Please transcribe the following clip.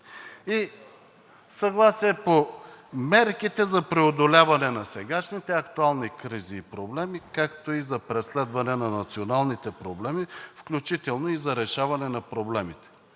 и съгласие по мерките за преодоляване на сегашните актуални кризи и проблеми, както и за преследване на националните проблеми, включително и за решаване на проблемите.